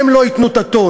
הן לא ייתנו את הטון,